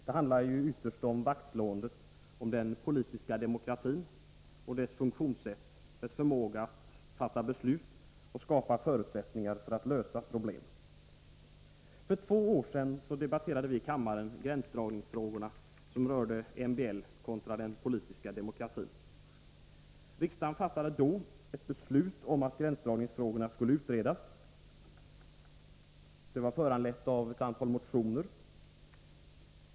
Det handlar ytterst om 24 november 1983 vaktslåendet om den politiska demokratin och dess funktionssätt — dess förmåga att fatta beslut och skapa förutsättningar för att lösa problem. För två år sedan debatterade vi i kammaren gränsdragningsfrågor som rörde MBL kontra den politiska demokratin. Riksdagen fattade då ett beslut om att gränsdragningsfrågorna skulle utredas. Detta beslut var föranlett av ett antal motioner.